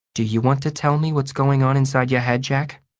do you want to tell me what's going on inside your head, jack?